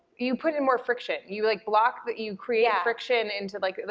you put in more friction. you, like, block, but you create yeah friction into, like,